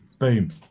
Boom